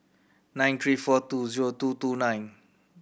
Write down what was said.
nine three four two zero two two nine